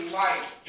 life